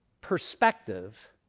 perspective